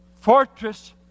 fortress